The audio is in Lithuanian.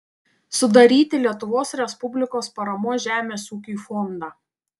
sudaryti lietuvos respublikos paramos žemės ūkiui fondą